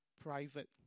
private